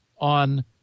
on